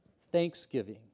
thanksgiving